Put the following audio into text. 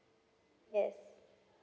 yes